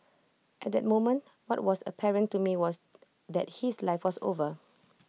at that moment what was apparent to me was that his life was over